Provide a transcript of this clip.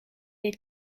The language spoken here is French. est